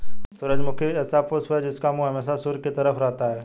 सूरजमुखी ऐसा पुष्प है जिसका मुंह हमेशा सूर्य की तरफ रहता है